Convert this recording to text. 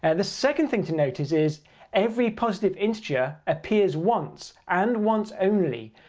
and the second thing to notice is every positive integer appears once, and once only,